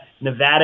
Nevada